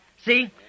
See